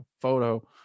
photo